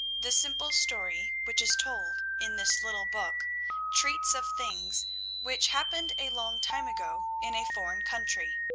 the simple story which is told in this little book treats of things which happened a long time ago in a foreign country,